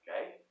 okay